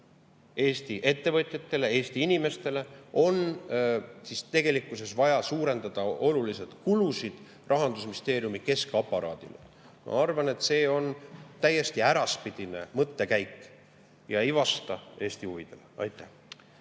Eesti ettevõtjatele, Eesti inimestele, on tegelikkuses vaja suurendada oluliselt kulusid Rahandusministeeriumi keskaparaadile. Ma arvan, et see on täiesti äraspidine mõttekäik ja ei vasta Eesti huvidele. Ma